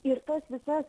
ir tas visas